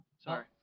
Sorry